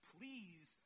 Please